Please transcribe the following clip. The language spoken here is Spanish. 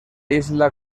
isla